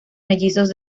mellizos